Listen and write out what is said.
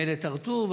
מלט הר טוב,